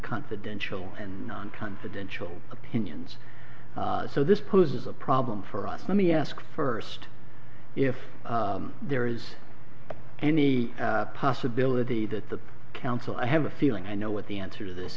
confidential and non confidential opinions so this poses a problem for us let me ask first if there is any possibility that the council i have a feeling i know what the answer to this